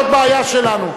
אז זאת בעיה שלנו.